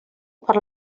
per